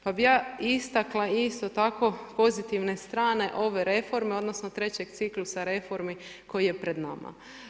Pa bi ja istakla isto tako pozitivne strane ove reforme, odnosno, 3 ciklusa reformi koji je pred nama.